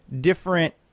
different